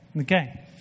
Okay